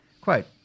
Quote